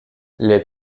les